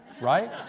right